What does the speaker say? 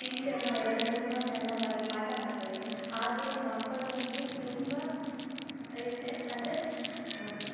ಟೀಚರ್ನವರೆಲ್ಲ ತುಂಬ ಚೆಂದವಾಗಿ ಪಾಠ ಮಾಡ್ತಾರೆ ಹಾಗೆಯೇ ಮಕ್ಕಳೊಂದಿಗೆ ತುಂಬ ರೀತಿಯ ಅಂದರೆ